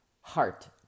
heart